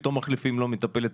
פתאום מחליפים לו מטפלת,